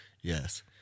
Yes